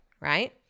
right